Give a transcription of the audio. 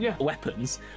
weapons